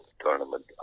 Tournament